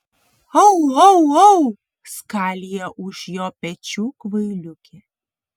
au au au skalija už jo pečių kvailiukė